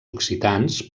occitans